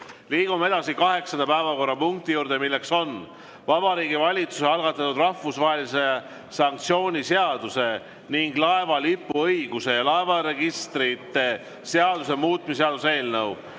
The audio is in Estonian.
Liigume edasi kaheksanda päevakorrapunkti juurde, milleks on Vabariigi Valitsuse algatatud rahvusvahelise sanktsiooni seaduse ning laeva lipuõiguse ja laevaregistrite seaduse muutmise seaduse eelnõu